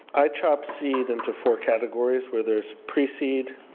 i chop seed into four categories where there's pre-seed,